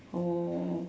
oh